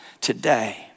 today